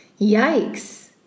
Yikes